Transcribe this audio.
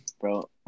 bro